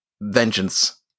vengeance